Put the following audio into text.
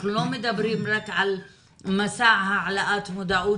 אנחנו לא מדברים רק על מסע העלאת מודעות